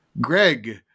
Greg